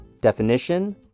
Definition